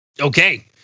Okay